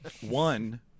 One